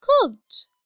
cooked